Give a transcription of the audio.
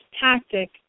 tactic